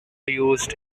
used